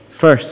First